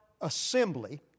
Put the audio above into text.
assembly